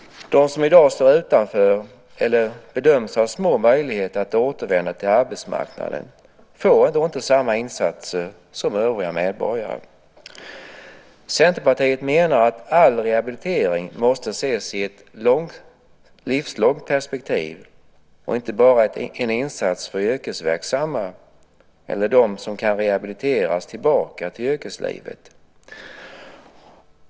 De som i dag står utanför eller bedöms ha små möjligheter att återvända till arbetsmarknaden får inte samma insatser som övriga medborgare. Centerpartiet menar att all rehabilitering måste ses i ett livslångt perspektiv och inte bara vara en insats för yrkesverksamma eller de som kan rehabiliteras tillbaka till yrkeslivet.